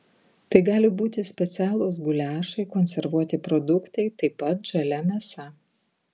tai gali būti specialūs guliašai konservuoti produktai taip pat žalia mėsa